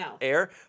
air